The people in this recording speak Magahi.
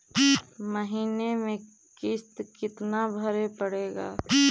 महीने में किस्त कितना भरें पड़ेगा?